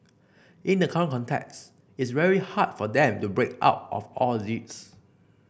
in the current context it's very hard for them to break out of all this